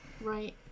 right